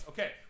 Okay